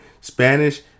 Spanish